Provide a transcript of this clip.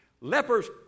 Lepers